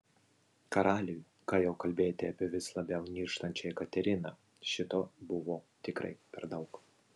karaliui ką jau kalbėti apie vis labiau nirštančią jekateriną šito buvo tikrai per daug